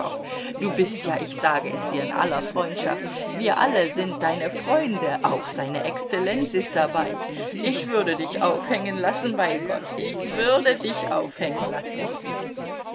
du bist ja ich sage es dir in aller freundschaft wir alle sind deine freunde auch seine exzellenz ist dabei ich würde dich aufhängen lassen bei gott ich würde dich aufhängen lassen